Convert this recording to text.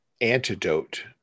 antidote